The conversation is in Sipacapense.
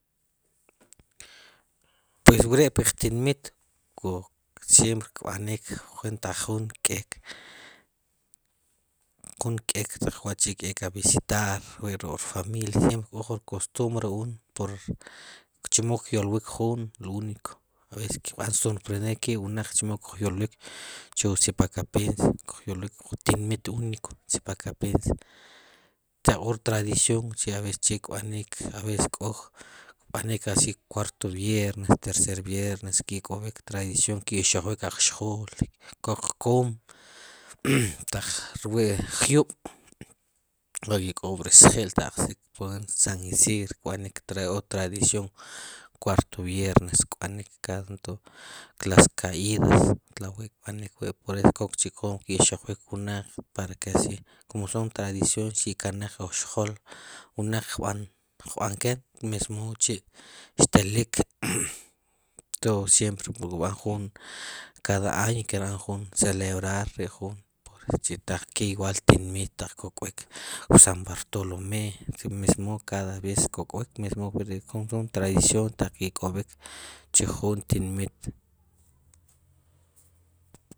Tej wre'puq tinmit k'o siempre kb'anik juntaq jun ke junkek taq wa'chi' keek a visitar rwoy ruk' rfamilia k'o rkostumbre numeri uno chemo kyolwik juun lo úniko ab'esess kb'an sorprender kiib'wnaq chemo kuj yolwiik chu wu sipakapense kuj yolwik jun tinmiit úniko sipakapense sicha'k'o rtradición ab'esces che kb'anik k'o kb'anik kwaarto b'iernes tercer b'iernes k'olik tradición ki'xojwik ajxjool kok qoom taq rwi'jyub' wa'ik'o ri sj'i'l ta ajsik wa'ri san isidro kb'anik, tradición cuarto viernes kb'anik kada tood las kaidas tla'wi' kb'anik wi' sicha' kok chi qoom ki'xijwiikwnaq para asi kom son tradiciones cha' ki'kanal ajxjool wnaq kb'anken mesmood chi' xtelik todo simpre kirb'an juun cada año kirb'an juun celebrar ri jun wa'chi'kel waal tinmit taq k'ok'wiik wu san b'artolome mes mood cada mees kok'wiik son tradición taq ki'k'ob'iik chi jun tinmiit